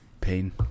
Pain